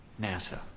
nasa